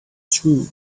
true